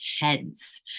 heads